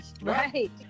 Right